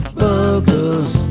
burgers